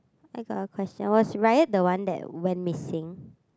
I got a question was Ryan the one that went missing